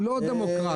לא דמוקרטיה.